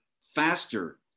faster